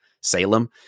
Salem